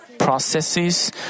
Processes